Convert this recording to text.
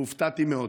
והופתעתי מאוד.